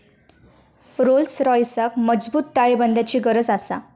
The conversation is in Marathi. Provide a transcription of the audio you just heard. रोल्स रॉइसका मजबूत ताळेबंदाची गरज आसा